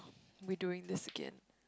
we doing this again